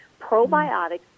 probiotics